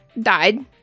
died